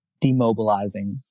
demobilizing